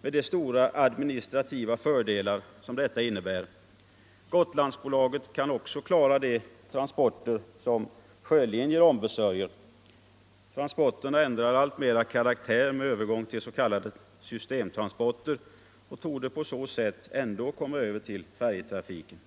med de stora administrativa fördelar sor. detta innebär. Gotlandsbolaget kan klara också de transporter som Sjölinjer ombesörjer. Transporterna ändrar alltmer karaktär, med övergång till s.k. systemtransporter, och de torde på så sätt ändå komma över till färjetrafiken.